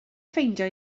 ffeindio